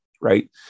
right